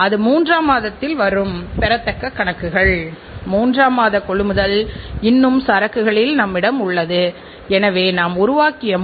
உற்பத்தியில் வரும் எல்லா விதமான குறைபாடுகளையும் தடுப்பதை நாம் உறுதி செய்ய வேண்டும்